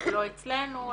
לא אצלנו,